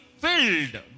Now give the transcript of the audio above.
filled